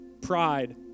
pride